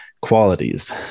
qualities